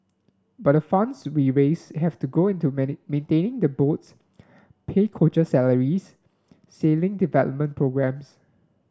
but the funds we raise have to go into maintaining the boats pay coach salaries sailing developmental